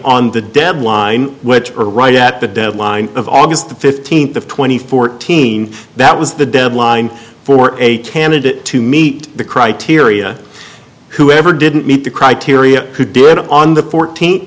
on the deadline which are right at the deadline of august the fifteenth of twenty fourteen that was the deadline for a candidate to meet the criteria whoever didn't meet the criteria could do it on the fourteenth